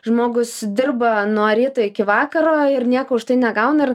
žmogus dirba nuo ryto iki vakaro ir nieko už tai negauna ir